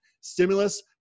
Stimulus